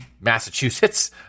massachusetts